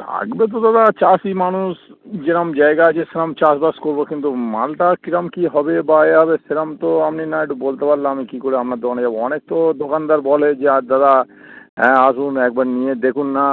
লাগবে তো দাদা চাষি মানুষ যেরম জায়গা আছে সেরম চাষবাস করবো কিন্তু মালটা কিরম কী হবে বা এ হবে সেরাম তো আপনি না একটু বলতে পারলামি কি করে আপনার দোকানে যাবো অনেক তো দোকানদার বলে যে আর দাদা হ্যাঁ আসুন একবার নিয়ে দেখুন না